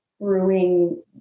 brewing